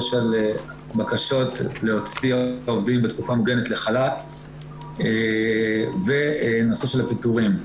של בקשות להוציא עובדים בתקופה מוגנת לחל"ת והנושא של הפיטורים.